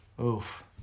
Oof